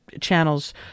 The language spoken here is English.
channels